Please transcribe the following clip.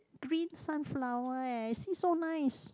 green sunflower eh you see so nice